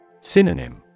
Synonym